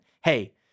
hey